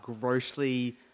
grossly